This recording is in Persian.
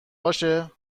باشه